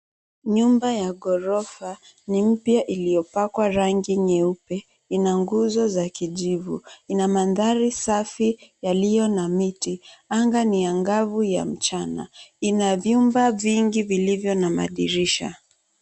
Nyumba ya ghorofa ni mpya iliyopakwa rangi nyeupe, ina nguzo za kijivu. Ina mandhari safi yaliyo na miti. Anga ni angavu ya mchana. Ina vyumba vingi vilivyo na madirisha.